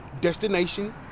Destination